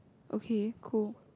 okay cool